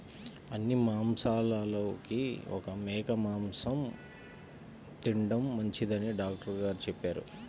అన్ని మాంసాలలోకి మేక మాసం తిండం మంచిదని డాక్టర్ గారు చెప్పారు